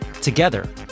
Together